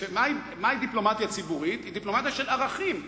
היא דיפלומטיה של ערכים,